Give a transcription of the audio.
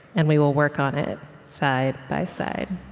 and we will work on it side by side